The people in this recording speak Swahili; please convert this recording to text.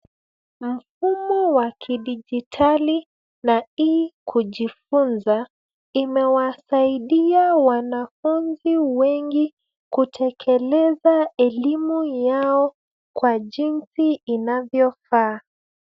Mfumo wa kidijitali na hiii kujifunza imewasaidia wanafunzi wengi kutekeleza elimu yao kwa jinsi inavyofaa.